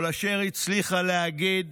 כל אשר הצליחה להגיד: